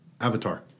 Avatar